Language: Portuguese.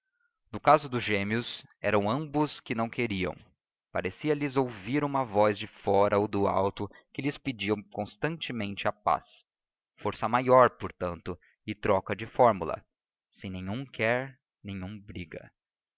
no caso dos gêmeos eram ambos que não queriam parecia lhes ouvir uma voz de fora ou do alto que lhes pedia constantemente a paz força maior portanto e troca de fórmula se nenhum quer nenhum briga